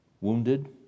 wounded